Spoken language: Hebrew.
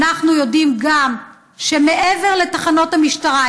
אנחנו יודעים גם שמעבר לתחנות המשטרה,